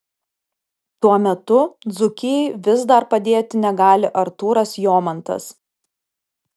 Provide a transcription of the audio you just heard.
tuo metu dzūkijai vis dar padėti negali artūras jomantas